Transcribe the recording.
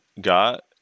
got